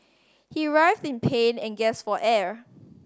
he writhed in pain and gasped for air